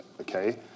okay